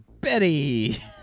Betty